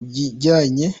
bijyanye